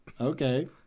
okay